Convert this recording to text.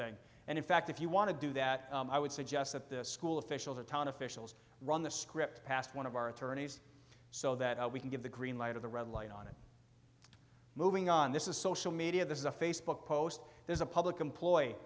thing and in fact if you want to do that i would suggest that the school officials or town officials run the script past one of our attorneys so that we can give the green light of the red light on it moving on this is social media this is a facebook post there's a public employee